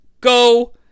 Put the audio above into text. go